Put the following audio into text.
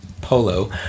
polo